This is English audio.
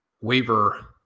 waiver